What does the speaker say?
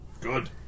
Good